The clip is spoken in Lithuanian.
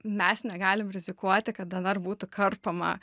mes negalim rizikuoti kad dnr būtų karpoma